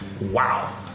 Wow